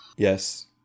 Yes